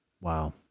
Wow